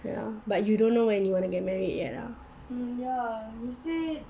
ya but you don't know when you wanna get married yet ah